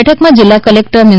બેઠકમાં જીલ્લા collector mu